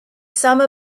some